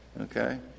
Okay